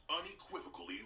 unequivocally